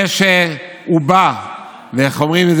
איך אומרים?